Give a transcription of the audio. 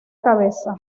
cabeza